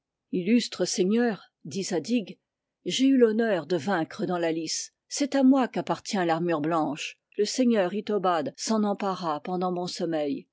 illustres seigneurs dit zadig j'ai eu l'honneur de vaincre dans la lice c'est à moi qu'appartient l'armure blanche le seigneur itobad s'en empara pendant mon sommeil